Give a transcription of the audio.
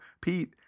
Pete